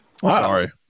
Sorry